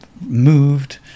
moved